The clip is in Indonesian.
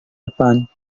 depan